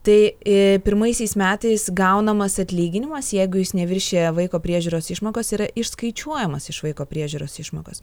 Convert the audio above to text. tai a pirmaisiais metais gaunamas atlyginimas jeigu jis neviršija vaiko priežiūros išmokos yra išskaičiuojamas iš vaiko priežiūros išmokos